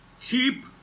Keep